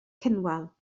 cynwal